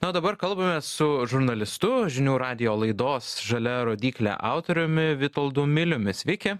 na o dabar kalbamės su žurnalistu žinių radijo laidos žalia rodyklė autoriumi vitoldu miliumi sveiki